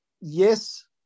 yes